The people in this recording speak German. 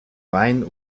wein